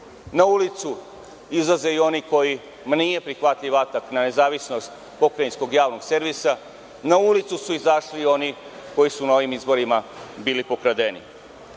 Na ulicu izlaze i oni kojima nije prihvatljiv atak na nezavisnost Pokrajinskog javnog servisa. Na ulicu su izašli i oni koji su na ovim izborima bili